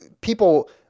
people